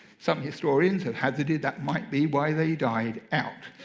some historians have hazarded that might be why they died out.